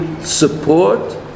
support